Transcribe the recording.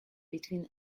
between